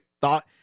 thought